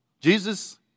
Jesus